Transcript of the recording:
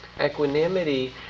equanimity